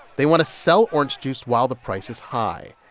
they want to sell orange juice while the price is high.